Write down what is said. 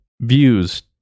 Views